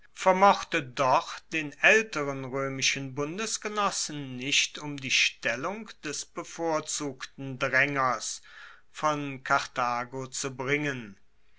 vermochte doch den aelteren roemischen bundesgenossen nicht um die stellung des bevorzugten draengens von karthago zu bringen